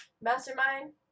Mastermind